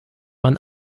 man